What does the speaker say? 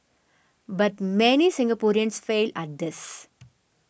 but many Singaporeans fail at this